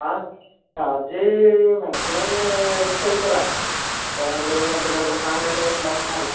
ആ charge maximum adjust ആക്കി തരാം ഇപ്പോൾ നമ്മൾ നല്ല നല്ല സാധനം എല്ലാം ഇട്ട് ഉണ്ടാക്കുന്നത് അല്ലേ